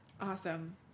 awesome